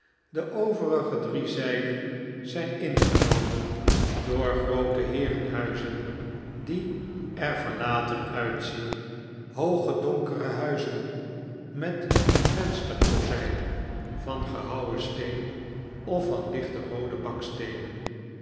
de overige drie zijden zijn ingenomen door groote heerenhuizen die er verlaten uitzien hooge donkere huizen met vensterkozijnen van gehouwen steen of van lichter roode baksteenen